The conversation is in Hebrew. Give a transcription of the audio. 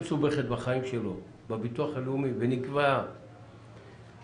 מסובכת בחיים שלו בביטוח הלאומי ונקבעת התוויה,